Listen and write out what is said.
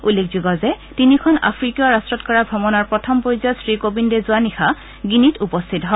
উল্লেখযোগ্য যে তিনিখন আফ্ৰিকীয় ৰাষ্টত কৰা ভ্ৰমণৰ প্ৰথম পৰ্যায়ত শ্ৰীকোবিন্দে যোৱানিশা গিনিত উপস্থিত হয়